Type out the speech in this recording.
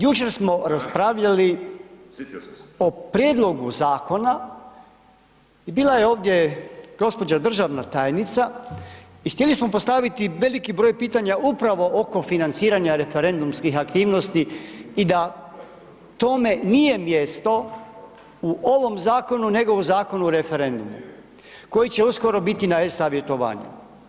Jučer smo raspravljali o prijedlogu zakona i bila je ovdje gđa. državna tajnica i htjeli smo postaviti veliki broj pitanja upravo oko financiranja referendumskih aktivnosti i da tome nije mjesto u ovom zakonu nego u Zakonu o referendumu, koji će uskoro biti na e-Savjetovanju.